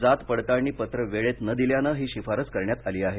जात पडताळणी पत्र वेळेत न दिल्यानं ही शिफारस करण्यात आली आहे